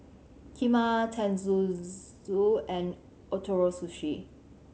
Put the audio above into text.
Kheema Tenmusu and Ootoro Sushi